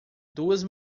duas